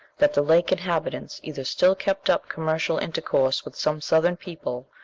that the lake inhabitants either still kept up commercial intercourse with some southern people,